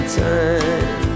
time